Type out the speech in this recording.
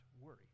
worry